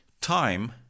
time